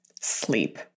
Sleep